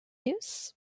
news